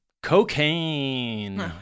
cocaine